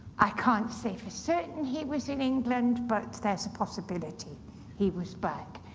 i can't say for certain he was in england, but there's a possibility he was back.